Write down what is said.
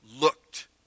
looked